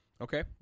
Okay